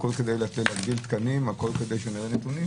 הכול כדי להגדיל תקנים והכול כדי שנראה נתונים